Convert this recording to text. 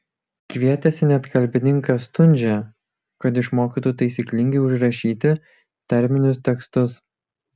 kvietėsi net kalbininką stundžią kad išmokytų taisyklingai užrašyti tarminius tekstus